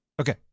Okay